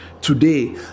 today